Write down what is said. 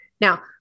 Now